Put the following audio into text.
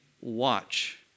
watch